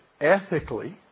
ethically